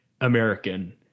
American